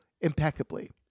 impeccably